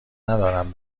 ندارم